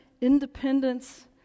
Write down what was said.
Independence